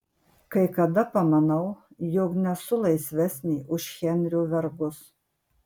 kai kada pamanau jog nesu laisvesnė už henrio vergus